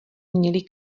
měli